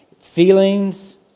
feelings